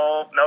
No